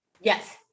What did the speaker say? Yes